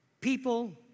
people